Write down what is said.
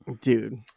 dude